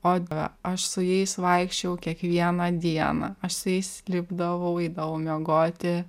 o dieve aš su jais vaikščiojau kiekvieną dieną aš su jais lipdavau eidavau miegoti